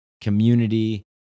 community